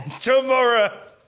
Tomorrow